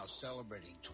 celebrating